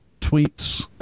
tweets